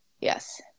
yes